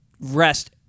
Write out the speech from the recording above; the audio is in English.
Rest